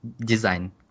design